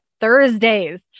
Thursdays